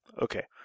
okay